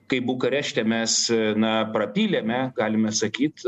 kai bukarešte mes na prapylėme galime sakyt